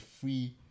free